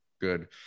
good